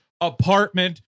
apartment